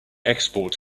export